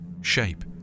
shape